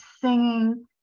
singing